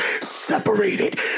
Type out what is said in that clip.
separated